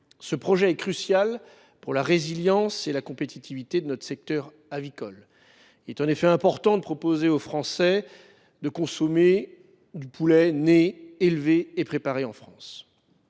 Ce projet est crucial pour la résilience et la compétitivité de notre secteur avicole. Il est en effet important de permettre aux Français de consommer du poulet né, élevé et préparé en France.